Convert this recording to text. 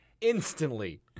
instantly